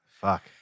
fuck